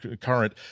current